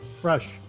Fresh